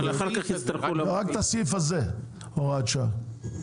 רק את הסעיף הזה הוראת שעה.